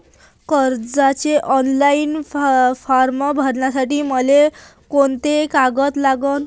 कर्जाचे online form भरासाठी मले कोंते कागद लागन?